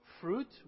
fruit